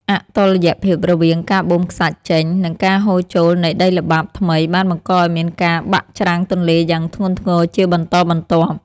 អតុល្យភាពរវាងការបូមខ្សាច់ចេញ និង ការហូរចូលនៃដីល្បាប់ថ្មីបានបង្កឱ្យមានការបាក់ច្រាំងទន្លេយ៉ាងធ្ងន់ធ្ងរជាបន្តបន្ទាប់។